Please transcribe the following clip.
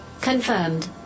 Confirmed